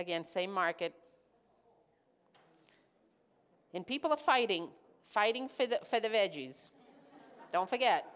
again same market in people are fighting fighting for the for the veggies don't forget